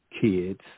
kids